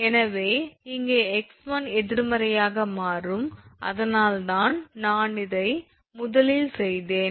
எனவே இங்கே 𝑥1 எதிர்மறையாக மாறும் அதனால்தான் நான் இதை முதலில் செய்தேன்